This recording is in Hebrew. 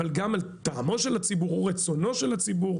אבל גם על טעמו של הציבור ורצונו של הציבור,